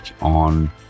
on